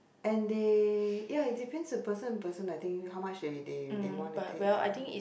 and they ya it depends to person to person I think how much they they they wanna take ya